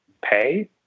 pay